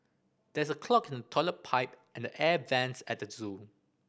there is a clog in the toilet pipe and the air vents at the zoo